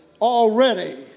already